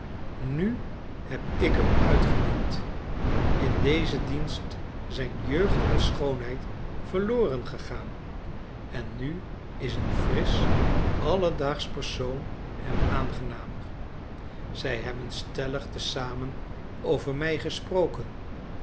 nu heb ik hem uitgediend in dezen dienst zijn jeugd en schoonheid verloren gegaan en nu is een frisch alledaagsch persoon hem aangenamer zij hebben stellig te zamen over mij gesproken